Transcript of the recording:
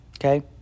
Okay